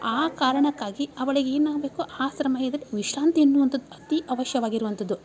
ಆ ಕಾರಣಕ್ಕಾಗಿ ಅವಳಿಗೆ ಏನಾಬೇಕು ಆ ಸಮಯದಲ್ಲಿ ವಿಶ್ರಾಂತಿ ಎನ್ನುವಂಥದ್ ಅತೀ ಅವಶ್ಯವಾಗಿರುವಂಥದ್ದು